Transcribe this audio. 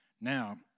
Now